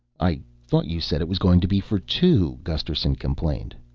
i thought you said it was going to be for two. gusterson complained.